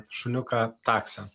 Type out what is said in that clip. šuniuką taksą